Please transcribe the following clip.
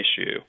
issue